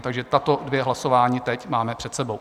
Takže tato dvě hlasování teď máme před sebou.